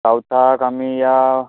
सावताक आमी या